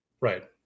Right